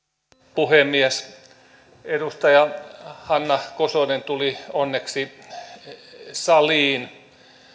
puhemies edustaja hanna kosonen tuli onneksi saliin